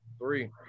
Three